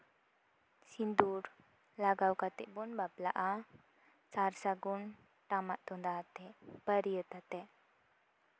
ᱥᱤᱸᱫᱩᱨ ᱞᱟᱜᱟᱣ ᱠᱟᱛᱮᱜ ᱵᱚᱱ ᱵᱟᱯᱞᱟᱜᱼᱟ ᱥᱟᱨ ᱥᱟᱹᱜᱩᱱ ᱴᱟᱢᱟᱜ ᱛᱩᱫᱟᱜ ᱟᱛᱮᱜ ᱵᱟᱹᱨᱭᱟᱹᱛ ᱟᱛᱮᱜ